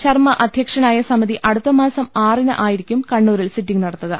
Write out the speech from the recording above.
ശർമ്മ അധ്യക്ഷനായ സമിതി അടുത്ത മാസം ആറിന് ആയിരിക്കും കണ്ണൂ രിൽ സിറ്റിംഗ് നടത്തുക